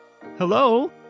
hello